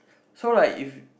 so like if